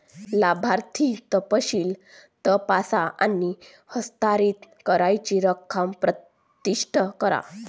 लाभार्थी तपशील तपासा आणि हस्तांतरित करावयाची रक्कम प्रविष्ट करा